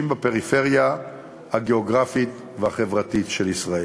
בפריפריה הגיאוגרפית והחברתית של ישראל.